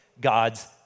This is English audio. God's